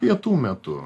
pietų metu